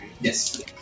Yes